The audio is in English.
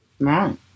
Right